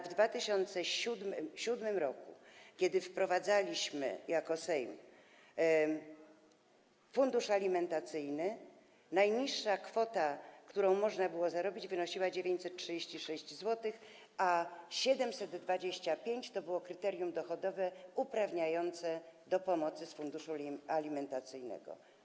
W 2007 r., kiedy jako Sejm wprowadzaliśmy fundusz alimentacyjny, najniższa kwota, którą można było zarobić, wynosiła 936 zł, a 725 zł to było kryterium dochodowe, uprawniające do pomocy z funduszu alimentacyjnego.